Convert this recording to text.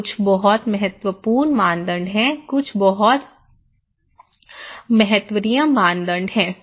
और कुछ बहुत महत्वपूर्ण मानदंड हैं कुछ बहुत महत्वहीन मानदंड हैं